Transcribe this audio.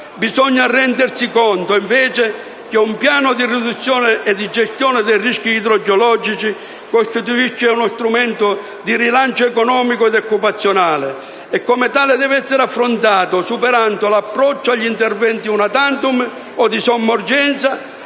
Bisogna rendersi conto che un piano di riduzione e gestione dei rischi idrogeologici costituisce uno straordinario strumento di rilancio economico ed occupazionale e come tale deve essere affrontato, superando l'approccio agli interventi *una tantum* o di somma urgenza